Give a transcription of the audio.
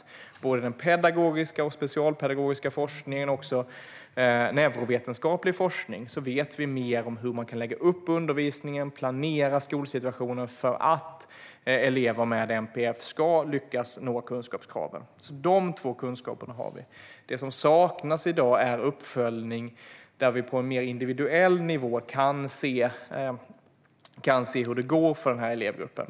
Tack vare både den pedagogiska och den specialpedagogiska forskningen men också neurovetenskaplig forskning vet vi mer om hur man kan lägga upp undervisningen och planera skolsituationen för att elever med NPF ska lyckas nå kunskapskraven. De två kunskaperna har vi. Det som saknas i dag är uppföljning där vi på en mer individuell nivå kan se hur det går för den här elevgruppen.